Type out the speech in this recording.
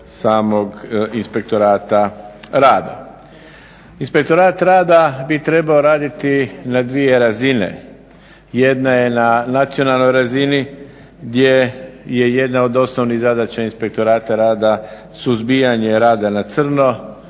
samog inspektorata rada. Inspektorat rada bi trebao raditi na dvije razine, jedna je na nacionalnoj razini gdje je jedna od osnovnih zadaća inspektorata rada suzbijanje rada na crno,